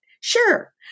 Sure